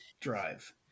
drive